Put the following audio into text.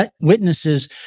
witnesses